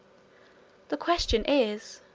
the question is,